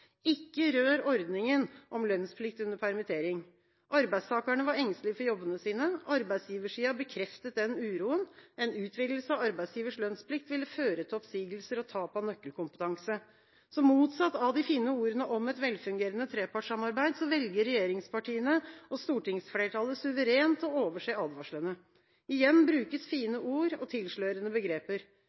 Ikke rør ordningen med lønnsplikt under permittering! Arbeidstakerne var engstelige for jobbene sine. Arbeidsgiversiden bekreftet den uroen – en utvidelse av arbeidsgivers lønnsplikt ville føre til oppsigelser og tap av nøkkelkompetanse. Motsatt av de fine ordene om et velfungerende trepartssamarbeid, så velger regjeringspartiene og stortingsflertallet suverent å overse advarslene. Igjen brukes fine ord og tilslørende begreper.